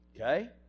okay